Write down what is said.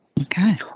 Okay